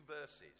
verses